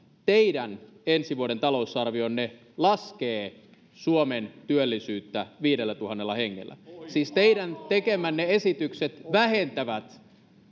teidän ensi vuoden talousarvionne laskee suomen työllisyyttä viidellätuhannella hengellä siis teidän tekemänne esitykset vähentävät